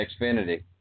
Xfinity